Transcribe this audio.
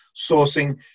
sourcing